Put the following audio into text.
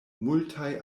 multaj